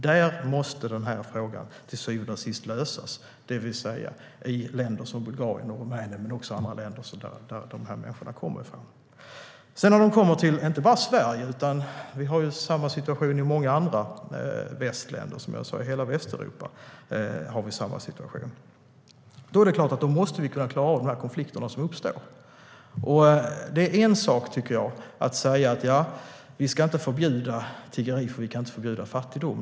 Denna fråga måste till syvende och sist lösas i de länder som dessa människor kommer från. Inte bara Sverige utan hela Västeuropa har samma situation, och vi måste kunna klara av de konflikter som uppstår. Det är en sak att säga att vi inte ska förbjuda tiggeri eftersom vi inte kan förbjuda fattigdom.